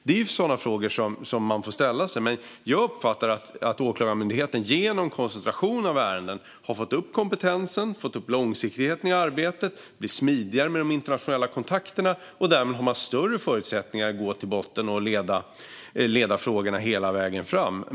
Det är sådana frågor man får ställa sig. Jag uppfattar att Åklagarmyndigheten genom koncentrationen av ärenden har fått upp kompetensen och långsiktigheten i arbetet. Det har också blivit smidigare med de internationella kontakterna. Därmed har man större förutsättningar att gå till botten med frågorna och leda dem hela vägen fram.